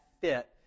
fit